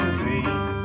dream